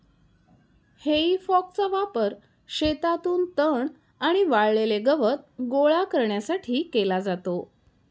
हेई फॉकचा वापर शेतातून तण आणि वाळलेले गवत गोळा करण्यासाठी केला जातो